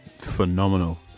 Phenomenal